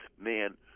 man